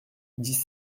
dix